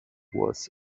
was